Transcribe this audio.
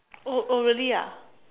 oh oh really ah